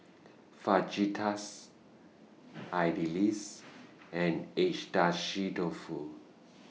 Fajitas Idili's and Agedashi Dofu